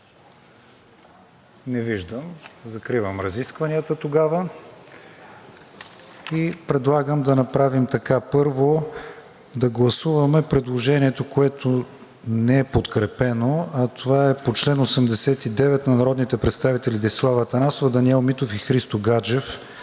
Не виждам. Закривам разискванията тогава и предлагам да направим така: първо да гласуваме предложението, което не е подкрепено, а това е по чл. 89 на народните представители Десислава Атанасова, Даниел Митов и Христо Гаджев